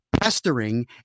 pestering